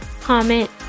comment